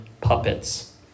puppets